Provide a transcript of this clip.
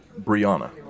Brianna